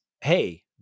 hey